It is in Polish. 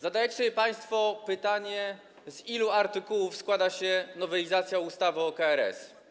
Zadajcie sobie państwo pytanie: Z ilu artykułów składa się nowelizacja ustawy o KRS?